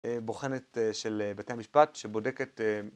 בוחנת של בתי המשפט שבודקת